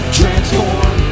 transform